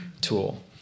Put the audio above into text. tool